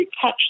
catch